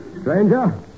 Stranger